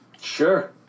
Sure